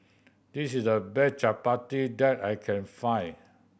this is the best chappati that I can find